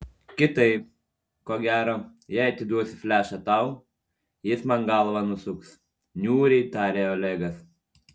kitaip ko gero jei atiduosiu flešą tau jis man galvą nusuks niūriai tarė olegas